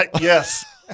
Yes